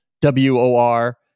W-O-R